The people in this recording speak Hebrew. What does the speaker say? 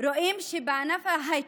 רואים שבענף ההייטק,